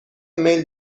میل